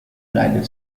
united